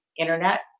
internet